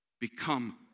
become